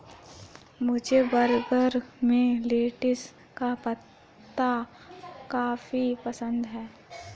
मुझे बर्गर में लेटिस का पत्ता काफी पसंद है